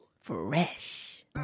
Fresh